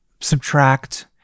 subtract